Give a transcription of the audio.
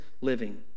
living